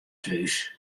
thús